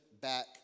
back